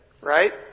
right